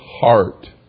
heart